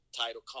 title